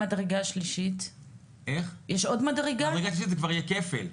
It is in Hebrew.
המדרגה השלישית זה כבר יהיה כפל,